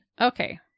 Okay